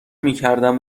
میکردم